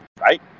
right